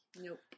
nope